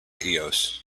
eos